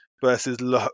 versus